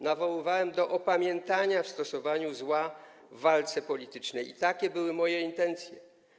Nawoływałem do opamiętania w stosowaniu zła w walce politycznej i takie były moje intencje.